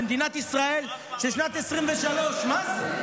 זו מדינת ישראל של שנת 2023. מה זה?